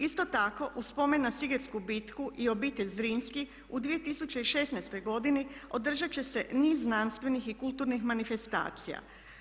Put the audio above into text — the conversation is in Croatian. Isto tako u spomen na Sigetsku bitku i obitelj Zrinski u 2016. godini održat će se niz znanstvenih i kulturnih manifestacija.